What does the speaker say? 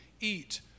eat